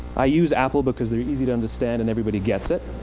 i use apple because they're easy to understand and everybody gets it.